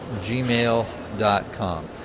gmail.com